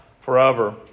forever